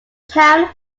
town